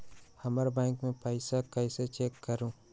हमर बैंक में पईसा कईसे चेक करु?